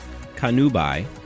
kanubai